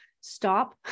stop